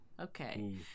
Okay